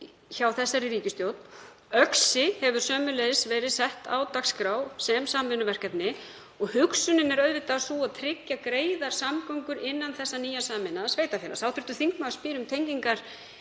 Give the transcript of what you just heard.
hjá þessari ríkisstjórn. Öxi hefur sömuleiðis verið sett á dagskrá sem samvinnuverkefni og hugsunin er auðvitað sú að tryggja greiðar samgöngur innan þessa nýja sameinaða sveitarfélags. Hv. þingmaður spyr um tengingar